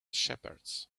shepherds